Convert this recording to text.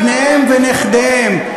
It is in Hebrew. בניהם ונכדיהם.